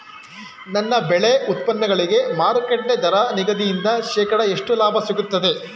ನನ್ನ ಬೆಳೆ ಉತ್ಪನ್ನಗಳಿಗೆ ಮಾರುಕಟ್ಟೆ ದರ ನಿಗದಿಯಿಂದ ಶೇಕಡಾ ಎಷ್ಟು ಲಾಭ ಸಿಗುತ್ತದೆ?